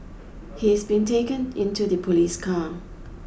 he is being taken into the police car